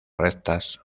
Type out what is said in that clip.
rectas